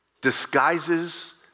disguises